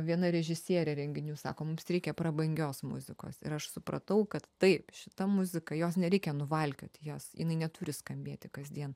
viena režisierė renginių sako mums reikia prabangios muzikos ir aš supratau kad taip šita muzika jos nereikia nuvalkioti jos jinai neturi skambėti kasdien